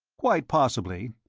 quite possibly.